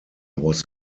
was